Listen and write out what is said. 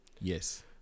Yes